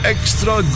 Extra